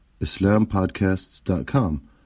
islampodcasts.com